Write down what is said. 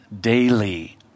daily